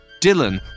Dylan